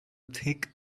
thick